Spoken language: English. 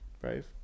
Brave